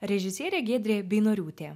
režisierė giedrė beinoriūtė